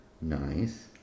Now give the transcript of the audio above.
Nice